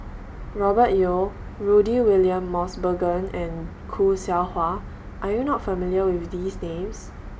Robert Yeo Rudy William Mosbergen and Khoo Seow Hwa Are YOU not familiar with These Names